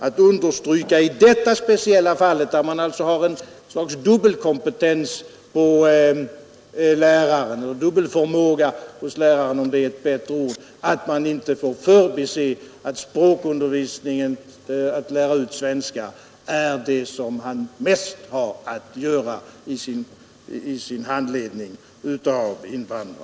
Vi vill i detta speciella fall, där man alltså kräver en dubbel förmåga hos läraren, betona att dennes främsta uppgift i sin handledning av invandrarna är att lära ut svenska.